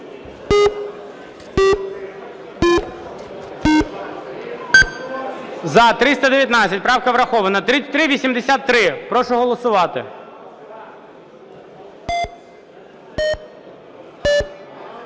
За-319 Правка врахована. 3383. Прошу голосувати.